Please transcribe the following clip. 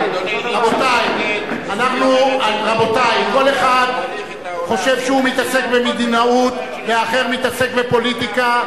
כל אחד חושב שהוא מתעסק במדינאות ואחר מתעסק בפוליטיקה,